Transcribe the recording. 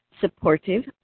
Supportive